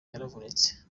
yaravunitse